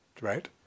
right